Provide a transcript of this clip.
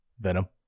Venom